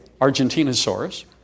Argentinosaurus